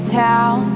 town